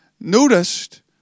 noticed